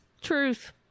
Truth